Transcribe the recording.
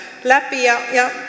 läpi ja